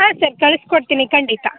ಹಾಂ ಸರ್ ಕಳಿಸ್ಕೊಡ್ತೀನಿ ಖಂಡಿತ